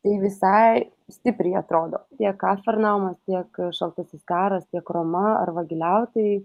tai visai stipriai atrodo tiek kafarnaumas tiek šaltasis karas tiek roma ar vagiliautojai